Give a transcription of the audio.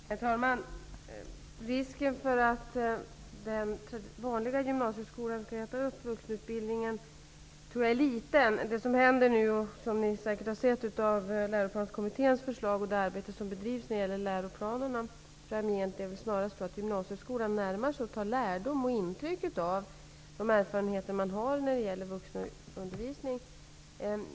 Herr talman! Risken för att den vanliga gymnasieskolan skall äta upp vuxenutbildningen tror jag är liten. Det som nu händer framgent -- det har ni säkert sett av det arbete som bedrivs när det gäller läroplanerna och av Läroplanskommitténs förslag -- är väl snarare att gymnasieskolan tar lärdom och intryck av de erfarenheter man har inom vuxenundervisning.